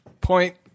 Point